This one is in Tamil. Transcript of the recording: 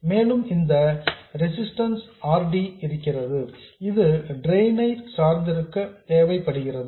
மேலும் இந்த ரெசிஸ்டன்ஸ் R D இருக்கிறது இது ட்ரெயின் ஐ சார்ந்திருக்க தேவைப்படுகிறது